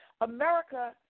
america